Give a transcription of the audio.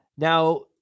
Now